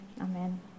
Amen